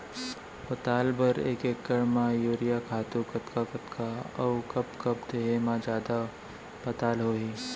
पताल बर एक एकड़ म यूरिया खातू कतका कतका अऊ कब कब देहे म जादा पताल होही?